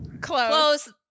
Close